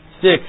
six